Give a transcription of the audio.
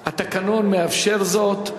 אבל התקנון מאפשר זאת.